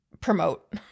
promote